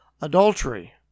adultery